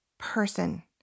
Person